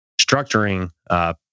structuring